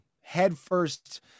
headfirst